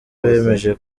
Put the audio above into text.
bemeje